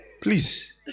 Please